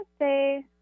say